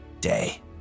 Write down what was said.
day